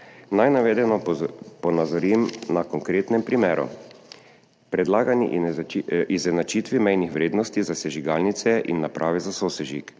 Naj navedeno ponazorim na konkretnem primeru. Predlagani izenačitvi mejnih vrednosti za sežigalnice in naprave za sosežig